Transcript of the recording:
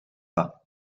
pas